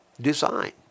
design